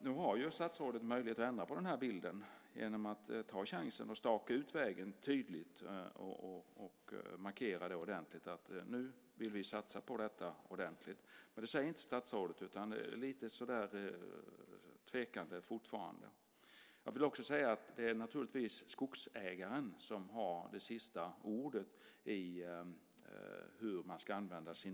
Nu har statsrådet möjlighet att ändra på bilden genom att ta chansen och staka ut vägen tydligt och ordentligt markera att man vill satsa. Men det säger inte statsrådet. Det är fortfarande lite tvekande. Det är naturligtvis skogsägaren som har sista ordet i hur marken ska användas.